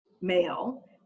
male